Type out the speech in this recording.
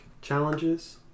challenges